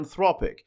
Anthropic